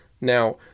Now